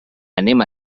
anem